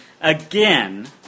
again